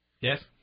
Yes